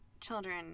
children